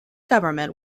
government